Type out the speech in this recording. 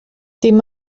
dim